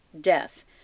death